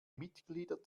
mitglieder